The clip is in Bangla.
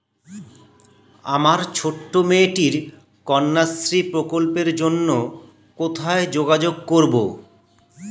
আমার ছোট্ট মেয়েটির কন্যাশ্রী প্রকল্পের জন্য কোথায় যোগাযোগ করব?